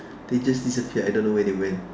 they just disappeared I don't know where they went